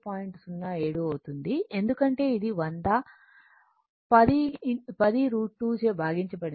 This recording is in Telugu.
07 అవుతుంది ఎందుకంటే ఇది 100 10√ 2 చే భాగించబడింది